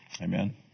Amen